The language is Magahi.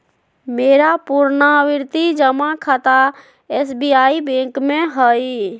मेरा पुरनावृति जमा खता एस.बी.आई बैंक में हइ